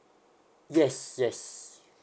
yes yes